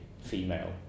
female